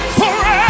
forever